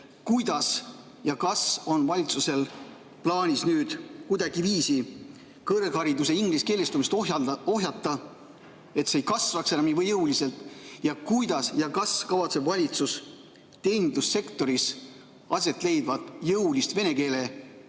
kuidas ja kas on valitsusel plaanis kuidagiviisi kõrghariduse ingliskeelestumist ohjata, et see ei kasvaks enam nii jõuliselt? Ning kuidas ja kas kavatseb valitsus teenindussektoris aset leidvat jõulist vene keele